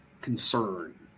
concern